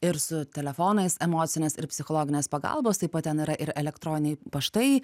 ir su telefonais emocinės ir psichologinės pagalbos taip pat ten yra ir elektroniai paštai